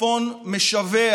הצפון משווע